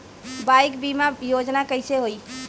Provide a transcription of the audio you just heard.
Bike बीमा योजना कैसे होई?